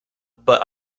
but